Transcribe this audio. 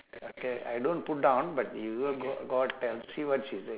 okay I don't put down but you go go out tell see what she say